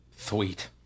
Sweet